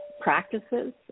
practices